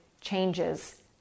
changes